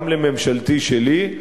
גם לממשלתי שלי,